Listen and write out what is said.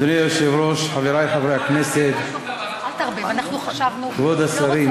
אדוני היושב-ראש, חברי חברי הכנסת, כבוד השרים,